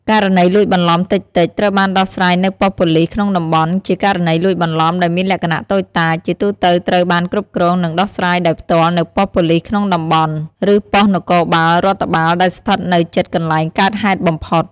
ករណីលួចបន្លំតិចៗ ត្រូវបានដោះស្រាយនៅប៉ុស្តិ៍ប៉ូលិសក្នុងតំបន់ ជាករណីលួចបន្លំដែលមានលក្ខណៈតូចតាច ជាទូទៅត្រូវបានគ្រប់គ្រង និងដោះស្រាយដោយផ្ទាល់នៅប៉ុស្តិ៍ប៉ូលិសក្នុងតំបន់ ឬប៉ុស្តិ៍នគរបាលរដ្ឋបាលដែលស្ថិតនៅជិតកន្លែងកើតហេតុបំផុត។